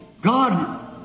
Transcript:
God